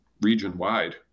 region-wide